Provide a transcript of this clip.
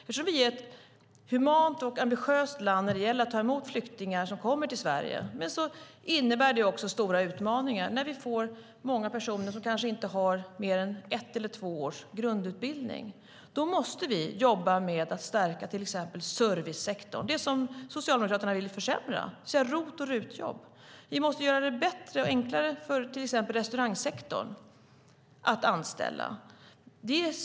Eftersom Sverige är ett humant och ambitiöst land när det gäller att ta emot flyktingar som kommer till Sverige innebär det också stora utmaningar när det kommer hit många personer som kanske inte har mer än ett eller två års grundutbildning. Då måste vi jobba med att stärka till exempel servicesektorn, det vill säga det som Socialdemokraterna vill försämra, alltså ROT och RUT-jobb. Vi måste göra det bättre och enklare för till exempel restaurangsektorn att anställa.